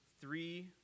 three